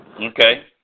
Okay